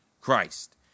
Christ